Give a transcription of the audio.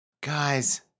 Guys